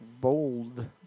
bold